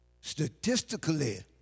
Statistically